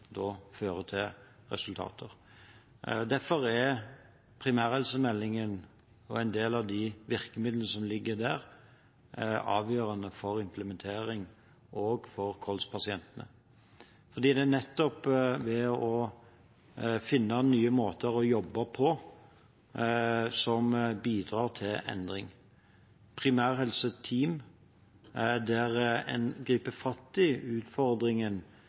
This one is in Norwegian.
fører til resultater. Derfor er primærhelsemeldingen og en del av de virkemidlene som ligger der, avgjørende for implementering også for kols-pasientene, fordi det er det å finne nye måter å jobbe på som bidrar til endring. Primærhelseteam er der en griper fatt i utfordringen